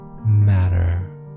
matter